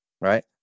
right